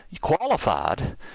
qualified